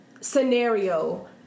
scenario